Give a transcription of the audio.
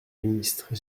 ministre